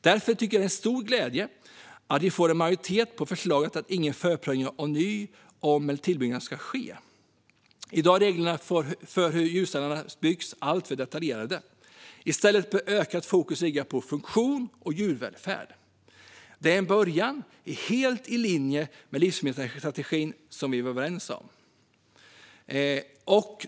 Därför är det en stor glädje att vi får en majoritet för förslaget att ingen förprövning vid ny, om eller tillbyggnad ska ske. I dag är reglerna för hur djurstallar ska byggas alltför detaljerade. I stället bör ökat fokus ligga på funktion och djurvälfärd. Det är en början helt i linje med livsmedelsstrategin, som vi var överens om.